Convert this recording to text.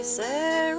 Sarah